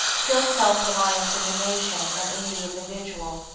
killed self-reliance in the nation and in the individual.